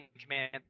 command